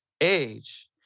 age